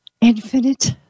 infinite